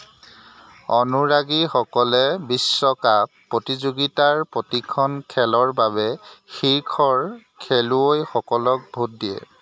অনুৰাগীসকলে বিশ্বকাপ প্ৰতিযোগিতাৰ প্ৰতিখন খেলৰ বাবে শীৰ্ষৰ খেলুৱৈসকলক ভোট দিয়ে